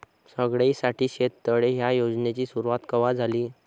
सगळ्याइसाठी शेततळे ह्या योजनेची सुरुवात कवा झाली?